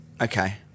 Okay